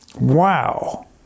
Wow